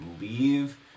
leave